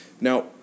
Now